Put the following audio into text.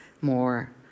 more